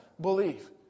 believe